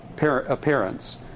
appearance